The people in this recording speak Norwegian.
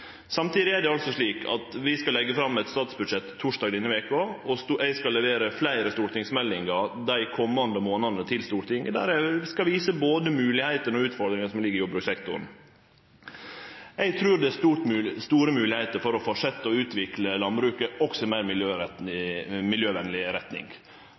Samtidig er det slik at vi skal leggje fram eit statsbudsjett torsdag denne veka, og eg skal levere fleire stortingsmeldingar til Stortinget dei komande månadene. Der skal eg vise både moglegheitene og utfordringane som ligg i jordbrukssektoren. Eg trur det er store moglegheiter til å fortsetje med å utvikle landbruket også i meir miljøvenleg retning.